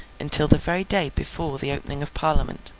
until the very day before the opening of parliament.